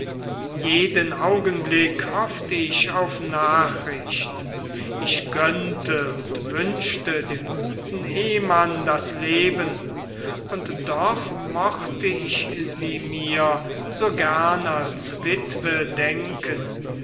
jeden augenblick hofft ich auf nachricht ich gönnte und wünschte dem guten ehemann das leben und doch mochte ich sie mir so gern als witwe denken